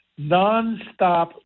nonstop